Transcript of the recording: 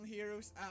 Heroes